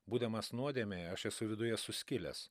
būdamas nuodemėje aš esu viduje suskilęs